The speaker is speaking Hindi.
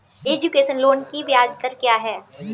एजुकेशन लोन की ब्याज दर क्या है?